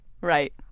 Right